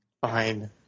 Fine